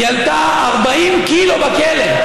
היא עלתה 40 קילו בכלא,